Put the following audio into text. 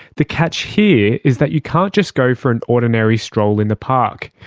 the catch here is that you can't just go for an ordinary stroll in the park.